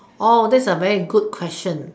that's a very good question